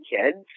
kids